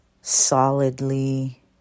solidly